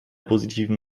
positiven